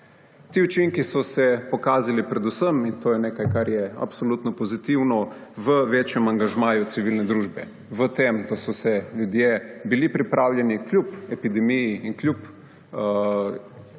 Ti učinki so se pokazali predvsem − in to je nekaj, kar je absolutno pozitivno − v večjem angažmaju civilne družbe, v tem, da so se ljudje bili pripravljeni kljub epidemiji in kljub izjemnim